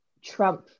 Trump